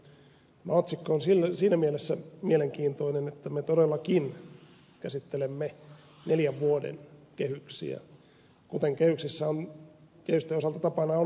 tämä otsikko on siinä mielessä mielenkiintoinen että me todellakin käsittelemme neljän vuoden kehyksiä kuten kehysten osalta tapana on ollut